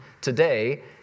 today